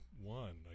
one